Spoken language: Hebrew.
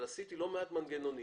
אבל עשיתי לא מעט מנגנונים